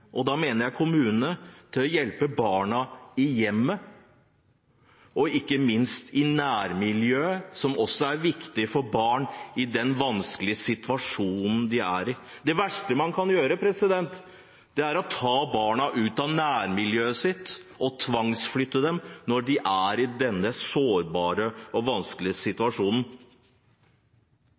til å hjelpe barna i hjemmet og ikke minst i nærmiljøet, som også er viktig for barn i den vanskelige situasjonen de er i. Det verste man kan gjøre, er å ta barna ut av nærmiljøet sitt og tvangsflytte dem når de er i denne sårbare og vanskelige situasjonen.